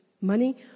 money